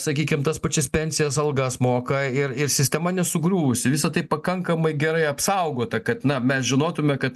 sakykim tas pačias pensijas algas moka ir ir sistema nesugriuvusi visa tai pakankamai gerai apsaugota kad na mes žinotume kad